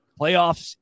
playoffs